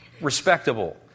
respectable